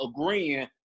agreeing